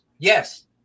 Yes